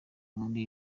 muri